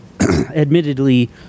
admittedly